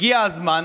הגיע הזמן